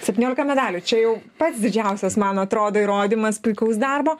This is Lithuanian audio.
septyniolika medalių čia jau pats didžiausias man atrodo įrodymas puikaus darbo